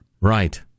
Right